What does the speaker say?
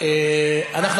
אני מוכנה.